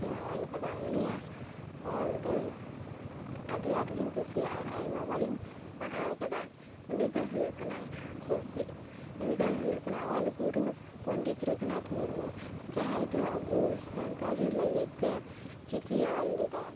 ᱩᱱᱤᱭ ᱚᱞ ᱟᱠᱟᱫᱟ ᱩᱱᱤᱭᱟᱜ ᱚᱞ ᱫᱚ ᱟᱹᱰᱤ ᱟᱸᱴᱜᱮᱧ ᱠᱩᱥᱤᱭᱟᱜᱼᱟ ᱟᱨ ᱟᱭᱢᱟ ᱵᱟᱨ ᱤᱧ ᱯᱟᱲᱦᱟᱣ ᱟᱠᱟᱫᱟ ᱩᱱᱤ ᱫᱚ ᱦᱩᱭᱩᱜ ᱠᱟᱱᱟᱭ ᱩᱱᱤ ᱫᱚᱭ ᱦᱩᱭᱩᱜ ᱠᱟᱱᱟ ᱚᱞ ᱜᱩᱨᱩ ᱯᱚᱸᱰᱤᱛ ᱨᱚᱜᱷᱩᱱᱟᱛᱷ ᱢᱩᱨᱢᱩ ᱡᱟᱦᱟᱸᱭ ᱫᱚ ᱟᱹᱵᱩ ᱥᱟᱱᱟᱲᱤ ᱞᱟᱹᱜᱤᱫ ᱛᱮ ᱪᱤᱠᱤᱭ ᱚᱞ ᱞᱮᱫᱟ